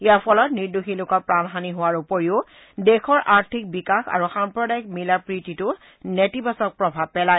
ইয়াৰ ফলত নিৰ্দেষী লোকৰ প্ৰাণহানি হোৱাৰ উপৰিও দেশৰ আৰ্থিক বিকাশ আৰু সাম্প্ৰদায়িক মিলাপ্ৰীতিটো নেতিবাচক প্ৰভাৱ পেলায়